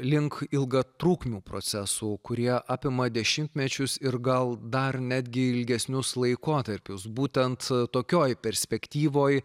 link ilgatrukmių procesų kurie apima dešimtmečius ir gal dar netgi ilgesnius laikotarpius būtent tokioj perspektyvoj